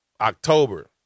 October